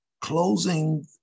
closing